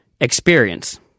experience